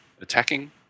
attacking